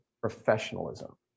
professionalism